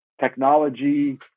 technology